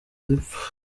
zipfa